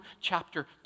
chapter